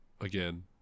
Again